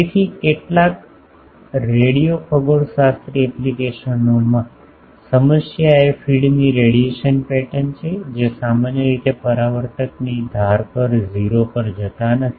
તેથી કેટલાક રેડિયો ખગોળશાસ્ત્ર એપ્લિકેશનોમાં સમસ્યા એ ફીડની રેડિયેશન પેટર્ન છે જે સામાન્ય રીતે પરાવર્તકની ધાર પર 0 પર જતા નથી